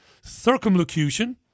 circumlocution